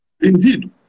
Indeed